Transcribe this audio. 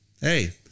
Hey